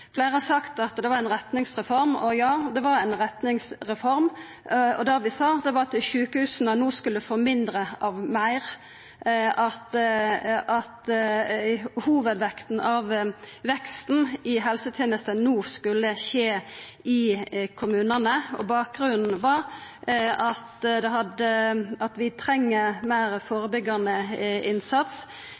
Fleire har sagt at det var ein retningsreform, og ja, det var ein retningsreform. Det vi sa, var at sjukehusa no skulle få mindre av meir, at hovudvekta av veksten i helsetenesta no skulle skje i kommunane, og bakgrunnen var at vi trong meir førebyggjande innsats, vi hadde utfordringar i kommunehelsetenesta med fleire eldre, og vi